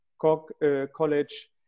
College